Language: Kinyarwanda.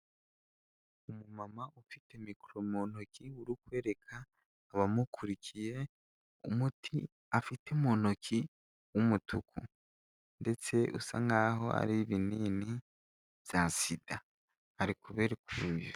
Umumama ufite mikoro mu ntoki urukwereka abamukurikiye umuti afite mu ntoki w'umutuku ndetse usa nk'aho ari binini bya sida, arikubereka ukuntu bisa.